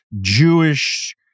Jewish